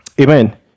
Amen